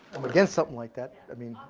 i'm against something like that, i mean.